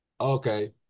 Okay